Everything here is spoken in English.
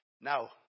Now